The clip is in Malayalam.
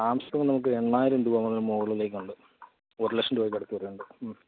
സാംസങ്ങ് നമുക്ക് എണ്ണായിരം രൂപ മുതല് മുകളിലേക്കൊണ്ട് ഒരുലക്ഷം രൂപക്കടുത്തുവരുന്നുണ്ട്